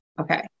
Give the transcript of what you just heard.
Okay